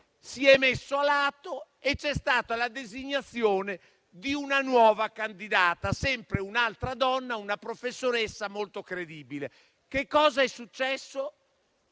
si è messa a lato e c'è stata la designazione di una nuova candidata, sempre un'altra donna, una professoressa molto credibile. Che cosa è successo?